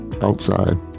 outside